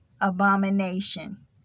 abomination